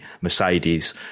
Mercedes